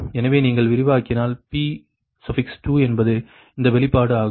எனவே நீங்கள் விரிவாக்கினால் P2 என்பது இந்த வெளிப்பாடு ஆகும்